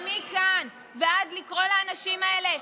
משפט לסיום.